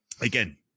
again